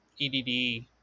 Edd